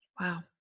Wow